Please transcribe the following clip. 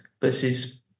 versus